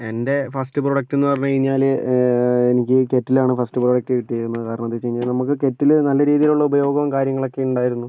എൻ്റെ first product എന്നു പറഞ്ഞു കഴിഞ്ഞാൽ എനിക്ക് കെറ്റിൽ ആണ് ഫസ്റ്റ് പ്രോഡക്റ്റ് കിട്ടിയിരുന്നത് കാരണം എന്താണെന്നു വെച്ചുകഴിഞ്ഞാൽ നമുക്ക് കെറ്റിൽ നല്ല രീതിയിലുള്ള ഉപയോഗവും കാര്യങ്ങളൊക്കെ ഉണ്ടായിരുന്നു